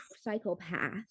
psychopath